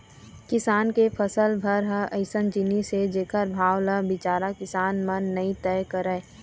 किसान के फसल भर ह अइसन जिनिस हे जेखर भाव ल बिचारा किसान मन नइ तय करय